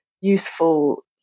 useful